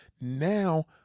now